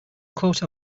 coat